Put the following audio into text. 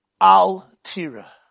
Al-Tira